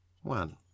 One